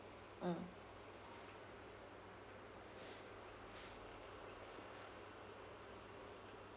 mm